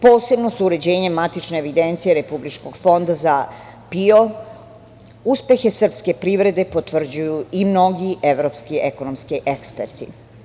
Posebno uređenjem matične evidencije Republičkog fonda za PIO, uspehe srpske privrede potvrđuju i mnogi evropski ekonomski eksperti.